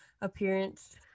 appearance